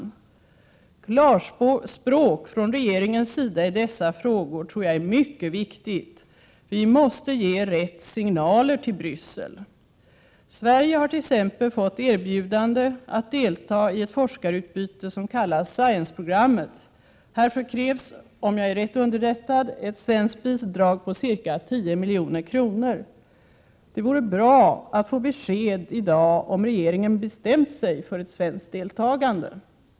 Klarspråk från regeringens sida i dessa frågor tror jag är mycket viktigt. Vi måste ge rätt signaler till Bryssel. Sverige har t.ex. fått erbjudande att delta i ett forskarutbyte som kallas SCIENCE-programmet. Härför krävs, om jag är rätt underrättad, ett svenskt bidrag på ca 10 milj.kr. Det vore bra att få besked i dag om regeringen bestämt sig för ett svenskt deltagande.